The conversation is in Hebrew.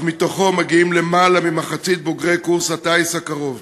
אך מתוכו מגיעים למעלה ממחצית בוגרי קורס הטיס הקרובים,